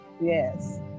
Yes